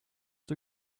the